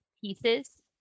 pieces